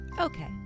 Okay